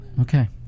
Okay